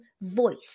voice